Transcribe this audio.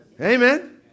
Amen